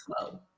slow